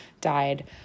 died